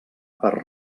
per